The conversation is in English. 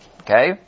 okay